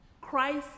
Christ